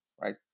right